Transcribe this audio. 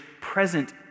present